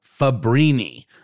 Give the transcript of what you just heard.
Fabrini